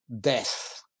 death